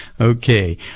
Okay